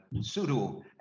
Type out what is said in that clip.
pseudo